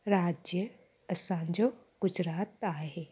राज्य असांजो गुजरात आहे